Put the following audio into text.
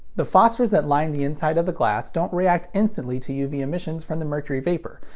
the phosphors that line the inside of the glass don't react instantly to uv emissions from the mercury vapor.